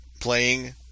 playing